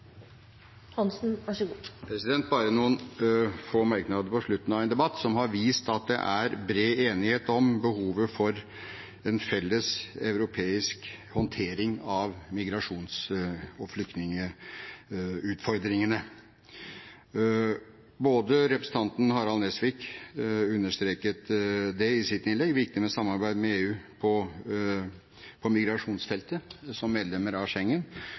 Bare noen få merknader på slutten av en debatt som har vist at det er bred enighet om behovet for en felles europeisk håndtering av migrasjons- og flyktningutfordringene. Representanten Harald T. Nesvik understreket i sitt innlegg viktigheten av et samarbeid med EU på migrasjonsfeltet som medlemmer av